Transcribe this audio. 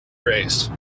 race